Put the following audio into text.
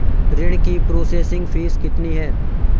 ऋण की processing fees कितनी है?